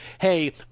hey